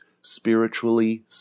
spiritually